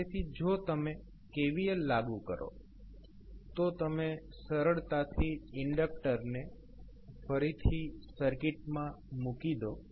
તેથી જો તમે KVL લાગુ કરો તો તમે સરળતાથી ઇન્ડકટરને ફરીથી સર્કિટમાં મૂકી દો